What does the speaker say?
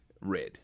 red